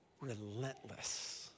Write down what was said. relentless